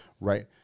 Right